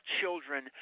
children